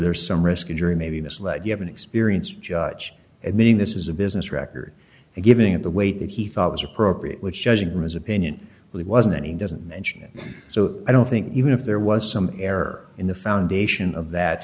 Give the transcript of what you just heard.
there is some risk a jury may be misled you have an experienced judge admitting this is a business record and giving it the weight that he thought was appropriate which judging from his opinion he wasn't any doesn't mention it so i don't think even if there was some error in the foundation of that